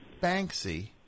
Banksy